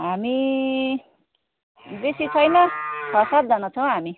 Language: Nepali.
हामी बेसी छैन छ सातजना छ हौ हामी